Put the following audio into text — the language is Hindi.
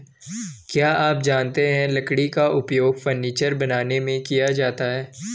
क्या आप जानते है लकड़ी का उपयोग फर्नीचर बनाने में किया जाता है?